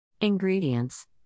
Ingredients